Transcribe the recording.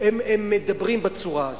הם מדברים בצורה הזאת,